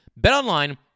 BetOnline